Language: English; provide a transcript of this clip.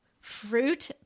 fruit